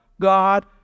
god